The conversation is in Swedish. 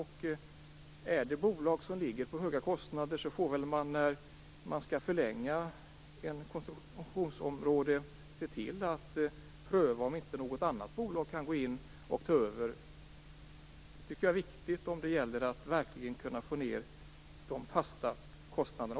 Är det då bolag som ligger på höga kostnader får man väl, när man skall förlänga en koncession i ett område, pröva om inte något annat bolag kan gå in och ta över. Det tycker jag är viktigt om det gäller att verkligen kunna få ned även de fasta kostnaderna.